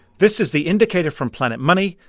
this is the indicator from planet money.